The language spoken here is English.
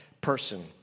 person